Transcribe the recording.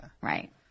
Right